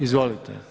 Izvolite.